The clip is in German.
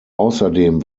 außerdem